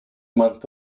month